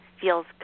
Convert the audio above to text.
feels